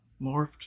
morphed